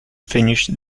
finish